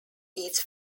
its